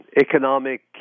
economic